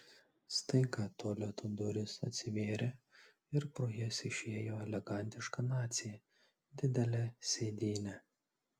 staiga tualeto durys atsivėrė ir pro jas išėjo elegantiška nacė didele sėdyne